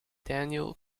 daniel